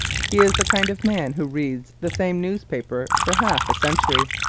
he is the kind of man who reads the same newspaper for half a century.